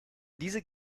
diese